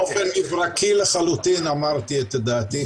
באופן מברקי לחלוטין אמרתי את דעתי.